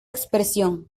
expresión